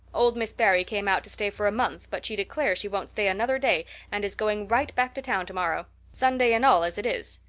old miss barry came out to stay for a month, but she declares she won't stay another day and is going right back to town tomorrow, sunday and all as it is.